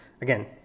Again